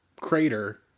crater